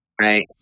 right